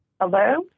hello